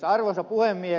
arvoisa puhemies